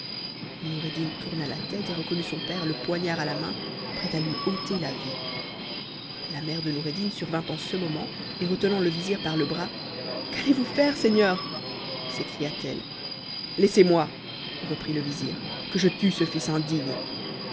xom'cddin tourna la tête et reconnut son père le poignard à la main prêt à a hunier la vie mcrc je nouredd n survint pn ce moment et retenant e v zir par le bras quattex vous faire seigneur sécria t ette laissez-moi reprit le vizir que je tue ce flls indigne